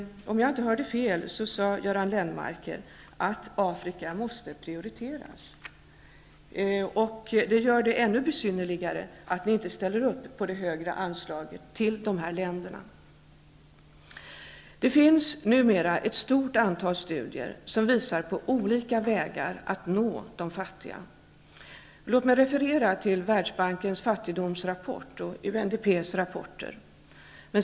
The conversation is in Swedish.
Om jag inte hörde fel, sade Göran Lennmarker att Afrika måste prioriteras. Det gör det ännu besynnerligare att ni moderater inte stöder det högre anslaget till dessa länder. Det finns numera ett stort antal studier som visar på olika vägar att nå de fattiga. Låt mig referera till Världsbankens fattigdomsrapport och UNDP:s rapporter.